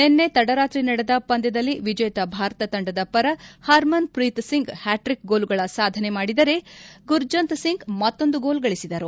ನಿನ್ನೆ ತಡರಾತ್ರಿ ನಡೆದ ಪಂದ್ಯದಲ್ಲಿ ವಿಜೇತ ಭಾರತ ತಂಡದ ಪರ ಹರ್ಮನ್ಪ್ರೀತ್ ಸಿಂಗ್ ಹ್ಯಾಟ್ರಿಕ್ ಗೋಲುಗಳ ಸಾಧನೆ ಮಾಡಿದರೆ ಗುರ್ಜಂತ್ ಸಿಂಗ್ ಮತ್ತೊಂದು ಗೋಲು ಗಳಿಸಿದರು